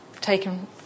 taken